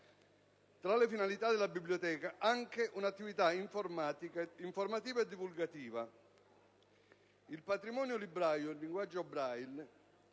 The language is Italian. Tra le finalità della biblioteca c'è anche un'attività informativa e divulgativa. Il patrimonio librario in linguaggio Braille